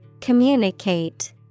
Communicate